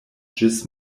ĝis